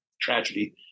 tragedy